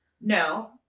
No